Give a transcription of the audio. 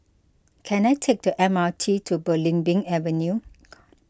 can I take the M R T to Belimbing Avenue